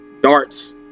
darts